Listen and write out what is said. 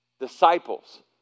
disciples